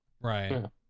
Right